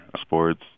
sports